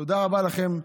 תודה רבה לכם,